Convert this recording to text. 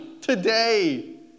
today